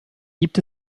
gibt